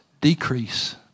decrease